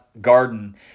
garden